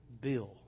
Bill